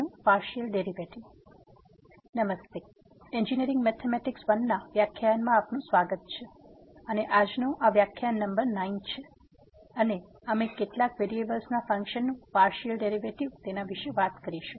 નમસ્તે engineering mathematics I ના વ્યાખ્યાન માં આપનું સ્વાગત છે અને આજનો આ વ્યાખ્યાન નંબર 9 છે અને અમે કેટલાક વેરીએબલ્સના ફકંશનનું પાર્સીઅલ ડેરીવેટીવ વિશે વાત કરીશું